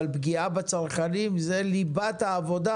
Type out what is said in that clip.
אבל פגיעה בצרכנים, זו ליבת העבודה